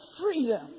freedom